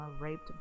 raped